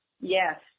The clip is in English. Yes